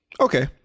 Okay